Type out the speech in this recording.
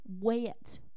wet